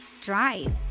drive